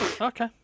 Okay